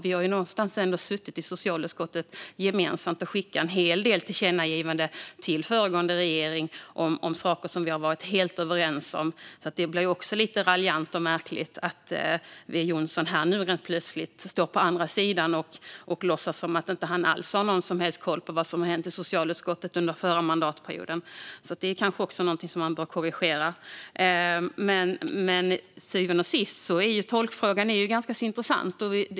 Vi har ändå suttit i socialutskottet tillsammans och har skickat en hel del gemensamma tillkännagivanden till den föregående regeringen om saker som vi har varit helt överens om. Det blir alltså lite raljant och märkligt att W Jonsson plötsligt står på andra sidan och låtsas som att han inte har någon som helst koll på vad som hände i socialutskottet under förra mandatperioden. Det bör han kanske korrigera. Till syvende och sist är tolkfrågan ganska intressant.